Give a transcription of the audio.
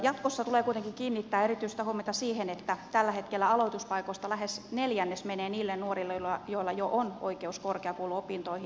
jatkossa tulee kuitenkin kiinnittää erityistä huomiota siihen että tällä hetkellä aloituspaikoista lähes neljännes menee niille nuorille joilla jo on oikeus korkeakouluopintoihin